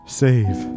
save